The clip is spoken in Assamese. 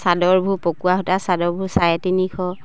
চাদৰবোৰ পকোৱা সূতা চাদৰবোৰ চাৰে তিনিশ